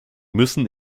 müssen